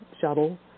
shuttle